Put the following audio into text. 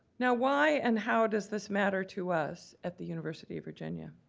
now why, and how, does this matter to us at the university of virginia?